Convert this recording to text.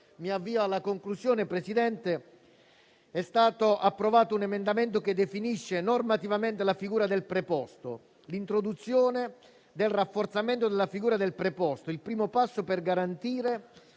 di "lavoro". Inoltre, è stato approvato un emendamento che definisce normativamente la figura del preposto. L'introduzione del rafforzamento della figura del preposto è il primo passo per garantire